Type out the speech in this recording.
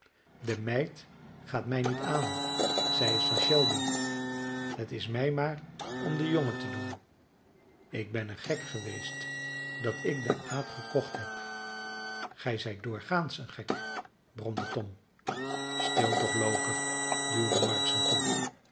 de meid gaat mij niet aan zij is van shelby het is mij maar om den jongen te doen ik ben een gek geweest dat ik den aap gekocht heb gij zijt doorgaans een gek bromde tom stil toch loker duwde marks hem toe